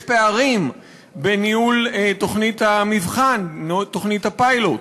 יש פערים בניהול תוכנית המבחן, תוכנית הפיילוט,